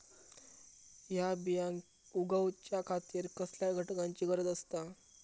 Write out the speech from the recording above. हया बियांक उगौच्या खातिर कसल्या घटकांची गरज आसता?